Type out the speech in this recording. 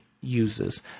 uses